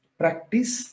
practice